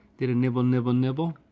did a nibble, nibble, nibble.